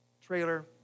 Trailer